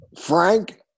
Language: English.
Frank